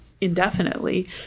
indefinitely